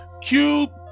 Cube